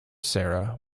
sara